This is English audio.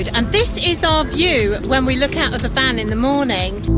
ah and this is our view when we look out of the van in the morning.